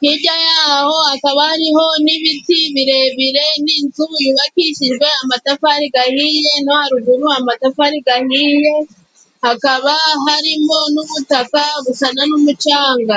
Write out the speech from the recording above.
hirya y'aho hakaba harimo n'ibiti birebire n'inzu yubakishije amatafari gahiye, no haruguru amatafari gahiye. Hakaba harimo n'ubutaka busaga ng'umucanga.